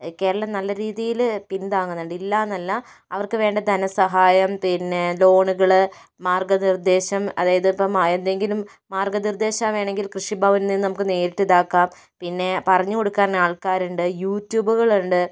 കേരളം നല്ല രീതിയിൽ പിന്താങ്ങുന്നുണ്ട് ഇല്ലാന്നല്ല അവർക്ക് വേണ്ട ധനസഹായം പിന്നെ ലോണുകള് മാർഗ്ഗ നിർദ്ദേശം അതായത് ഇപ്പം എന്തെങ്കിലും മാർഗ്ഗനിർദേശം വേണമെങ്കിൽ കൃഷിഭവനിൽ നിന്ന് നമുക്ക് നേരിട്ടിതാക്കാം പിന്നെ പറഞ്ഞുകൊടുക്കാൻ ആൾക്കാരുണ്ട് യൂട്യൂബുകളുണ്ട്